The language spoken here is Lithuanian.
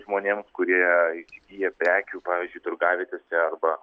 žmonėms kurie įsigyja prekių pavyzdžiui turgavietėse arba